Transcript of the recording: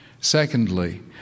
secondly